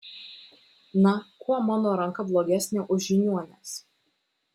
na kuo mano ranka blogesnė už žiniuonės